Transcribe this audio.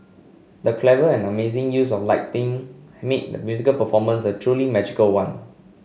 the clever and amazing use of lighting made the musical performance a truly magical one